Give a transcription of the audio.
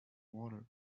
water